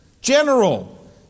general